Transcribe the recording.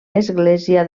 església